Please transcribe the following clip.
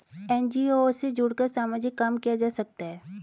NGO से जुड़कर सामाजिक काम किया जा सकता है